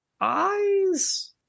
eyes